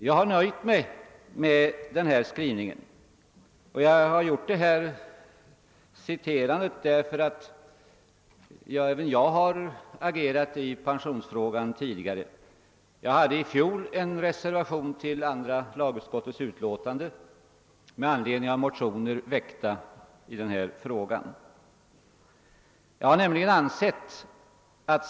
Jag har nöjt mig med denna skrivning, och jag har medtagit detta citat därför att även jag har agerat i pensionsfrågan tidigare. Jag avgav i fjol en reservation till andra lagutskottets utlåtande med anledning av motioner i denna fråga.